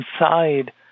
inside